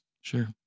Sure